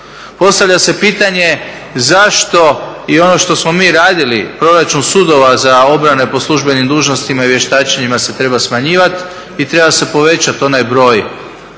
Postavlja se pitanje zašto i ono što smo mi radili proračun sudova za obrane po službenim dužnostima i vještačenjima se treba smanjivati i treba se povećati onaj